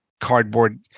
cardboard